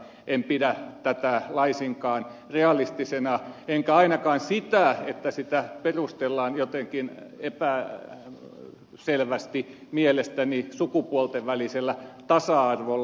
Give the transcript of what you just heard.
en pidä tätä laisinkaan realistisena enkä ainakaan sitä että sitä perustellaan jotenkin mielestäni epäselvästi sukupuolten välisellä tasa arvolla